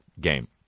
game